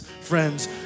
friends